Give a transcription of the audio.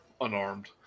unarmed